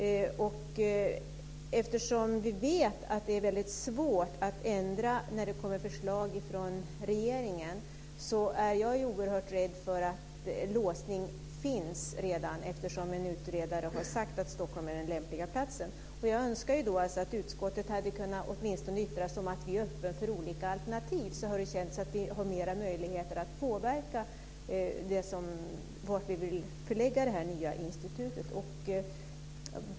Eftersom vi vet att det är väldigt svårt att ändra något när det kommer förslag från regeringen är jag oerhört rädd för att en låsning redan finns, eftersom en utredare har sagt att Stockholm är den lämpliga platsen. Jag önskar att utskottet åtminstone hade kunnat yttra sig om att man är öppen för olika alternativ. Då hade det känts som om vi hade fler möjligheter att påverka beslutet om var vi vill förlägga det nya institutet.